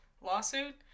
lawsuit